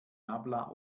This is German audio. nabla